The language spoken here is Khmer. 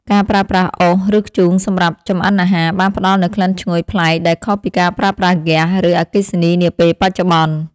ការប្រើប្រាស់អុស ឬធ្យូងសម្រាប់ចម្អិនអាហារបានផ្ដល់នូវក្លិនឈ្ងុយប្លែកដែលខុសពីការប្រើប្រាស់ហ្គាស ឬអគ្គិសនីនាពេលបច្ចុប្បន្ន។